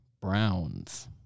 Browns